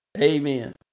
Amen